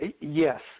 Yes